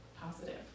positive